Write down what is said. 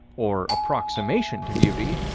or approximation to beauty,